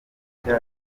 nshya